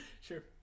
Sure